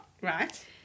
Right